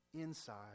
inside